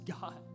God